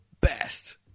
best